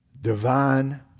divine